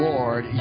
Lord